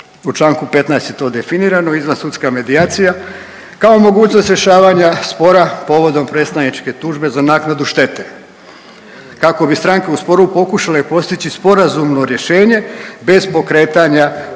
u Članku 15. je to definirano. Izvansudska medijacija kao mogućnost rješavanja spora povodom predstavničke tužbe za naknadu štete kako bi stranke u sporu pokušale postići sporazumno rješenja bez pokretanja postupaka